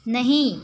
नहीं